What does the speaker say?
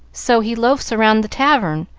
so he loafs round the tavern,